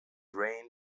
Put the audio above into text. reign